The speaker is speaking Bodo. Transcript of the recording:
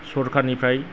सरखारनिफ्राय